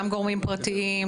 גם גורמים פרטיים,